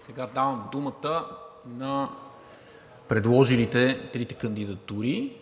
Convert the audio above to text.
сега на трите предложени кандидатури